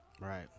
Right